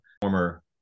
former